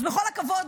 אז בכל הכבוד,